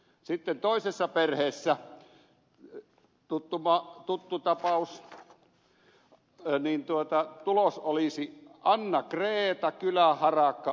sitten toisessa perheessä tuttu tapaus tulos olisi anna greta kyläharakka oinas panuma